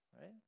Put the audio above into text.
right